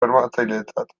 bermatzailetzat